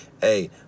Hey